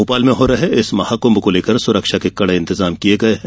भोपाल में हो रहे इस महाकुंभ को लेकर सुरक्षा के कड़े इंतजाम किये गये हैं